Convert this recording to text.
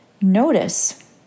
notice